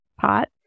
pot